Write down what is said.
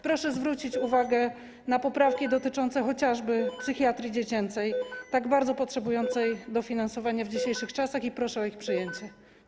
Proszę zwrócić uwagę na poprawki dotyczące chociażby psychiatrii dziecięcej, tak bardzo potrzebującej dofinansowania w dzisiejszych czasach, i proszę o ich przyjęcie.